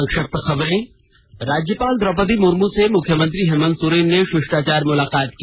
संक्षिप्त खबरें राज्यपाल द्रौपदी मुर्मू से मुख्यमंत्री हेमन्त सोरेन ने षिष्टाचार मुलाकात की